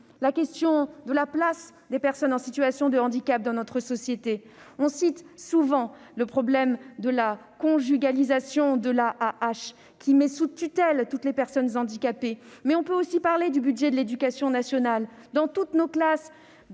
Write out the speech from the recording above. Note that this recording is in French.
quinquennat : la place des personnes en situation de handicap dans notre société. On cite souvent le problème de la conjugalisation de l'AAH, qui met sous tutelle toutes les personnes handicapées, mais on pourrait aussi évoquer le budget de l'éducation nationale. À travers toute la France,